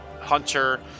Hunter